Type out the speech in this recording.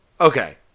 Okay